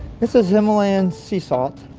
this is himalayan sea salt.